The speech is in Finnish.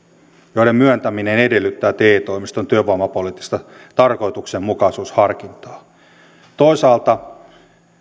joiden myöntäminen edellyttää te toimiston työvoimapoliittista tarkoituksenmukaisuusharkintaa toisaalta